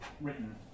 written